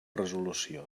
resolució